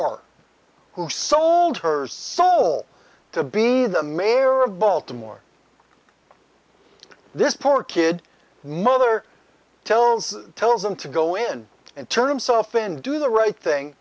re who sold her soul to be the mayor of baltimore this poor kid mother tells tells him to go in and turn himself in do the right thing